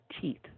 teeth